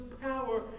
power